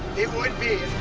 it would be.